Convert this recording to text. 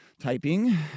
Typing